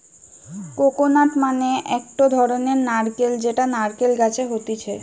coconut মানে একটো ধরণের নারকেল যেটা নারকেল গাছে হতিছে